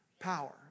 power